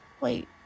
Wait